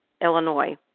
Illinois